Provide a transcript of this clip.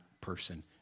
person